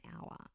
hour